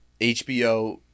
hbo